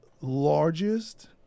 largest